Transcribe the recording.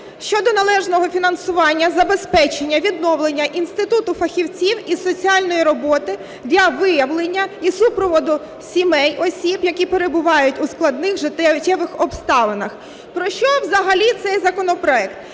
щодо належного фінансування забезпечення відновлення інституту фахівців із соціальної роботи для виявлення і супроводу сімей (осіб), які перебувають у складних життєвих обставинах. Про що взагалі цей законопроект?